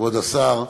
כבוד השר,